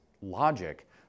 logic